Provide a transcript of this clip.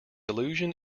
allusion